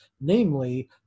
namely